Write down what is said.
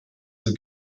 the